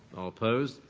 all opposed?